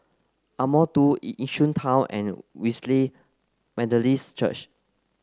Ardmore two it Yishun Town and Wesley Methodist Church